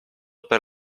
per